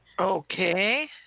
Okay